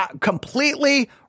completely